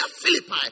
Philippi